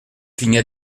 cligna